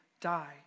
die